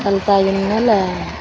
ಕಲ್ತಾಗಿನ ಮೇಲೆ